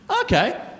Okay